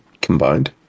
combined